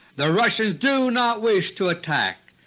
the russians do not wish to attack.